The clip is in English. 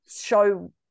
show